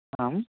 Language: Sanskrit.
आम्